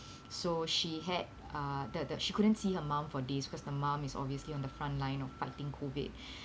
so she had uh the she couldn't see her mum for days cause the mum is obviously on the front line of fighting COVID